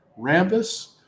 Rambus